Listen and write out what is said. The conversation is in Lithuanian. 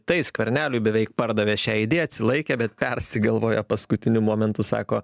tai skverneliui beveik pardavė šią idėją atsilaikė bet persigalvojo paskutiniu momentu sako